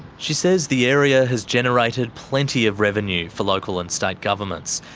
she says the area has generated plenty of revenue for local and state governments,